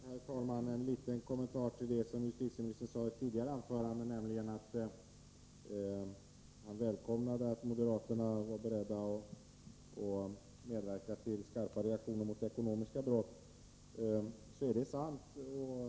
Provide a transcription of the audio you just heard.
Herr talman! Först en liten kommentar till det som justitieministern sade i ett tidigare anförande. Justitieministern välkomnade att moderaterna var beredda att medverka till skarpa reaktioner mot ekonomiska brott. Det är sant att vi är det.